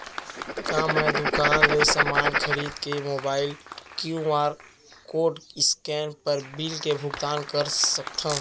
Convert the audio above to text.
का मैं दुकान ले समान खरीद के मोबाइल क्यू.आर कोड स्कैन कर बिल के भुगतान कर सकथव?